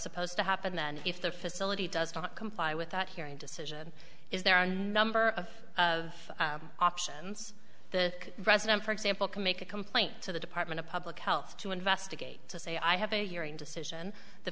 supposed to happen then if the facility does not comply with that hearing decision is there are number of of options the president for example can make a complaint to the department of public health to investigate to say i have a hearing decision the